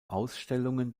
ausstellungen